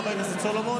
חבר הכנסת סולומון?